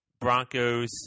Broncos